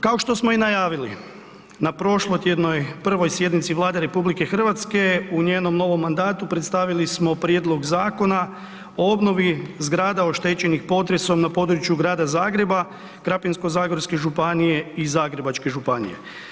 Kao što smo i najavili, na prošlotjednoj prvoj sjednici Vlade RH, u njenom novom mandatu predstavili smo prijedlog Zakona o obnovi zgrada oštećenih potresom na području Grada Zagreba, Krapinsko-zagorske županije i Zagrebačke županije.